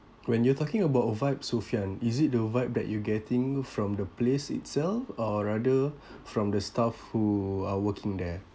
when you talking about a vibe sophian is it the vibe that you getting from the place itself or rather from the staff who are working there